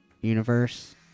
universe